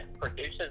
produces